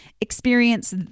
experience